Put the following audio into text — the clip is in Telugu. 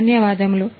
ధన్యవాదాలు